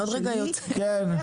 אני את